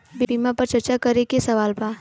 बीमा पर चर्चा के सवाल बा?